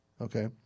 Okay